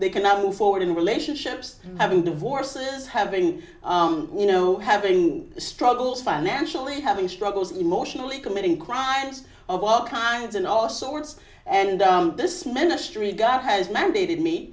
they cannot move forward in relationships having divorces having you know having struggles financially having struggles emotionally committing crimes of all kinds and all sorts and this ministry guy has mandated me